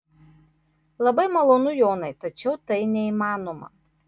labai malonu jonai tačiau tai neįmanoma